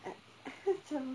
aku macam